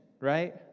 right